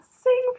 sing